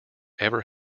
ever